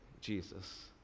Jesus